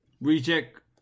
Reject